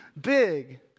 big